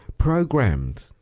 programmed